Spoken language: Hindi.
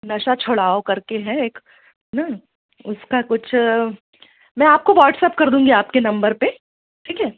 नशा छुड़ाओ करके है एक ना उसका कुछ मैं आपको व्हाट्सएप कर दूँगी आपके नंबर पर ठीक है